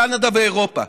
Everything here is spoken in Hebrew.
קנדה ואירופה.